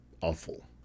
awful